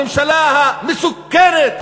הממשלה המסוכנת,